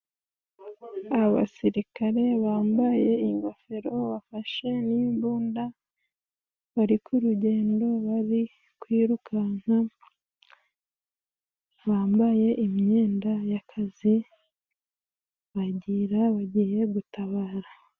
Abasirikare bambaye ingofero bafashe n'mbunda, bari kurugendo bari kwirukanka, bambaye imyenda y'akazi bagira bagiye gutabara.